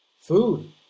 food